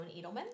Edelman